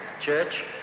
church